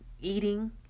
eating